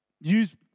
use